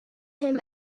him